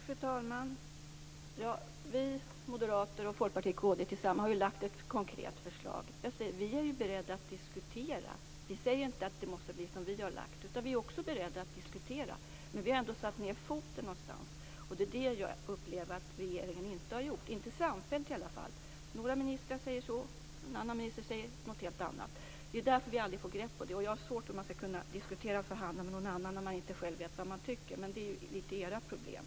Fru talman! Vi moderater, Folkpartiet och kd har tillsammans lagt fram ett konkret förslag. Vi är beredda att diskutera. Vi säger inte att det behöver bli så som vi har föreslagit, men vi har ändå satt ned foten någonstans. Det är det som jag upplever att regeringen inte har gjort, inte samfällt i alla fall. Några ministrar säger något och en annan minister säger något helt annat. Det är därför vi aldrig får något grepp på detta. Det måste vara svårt att diskutera och förhandla med någon annan om man inte själv vet vad man tycker, men det är ert problem.